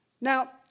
Now